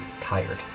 tired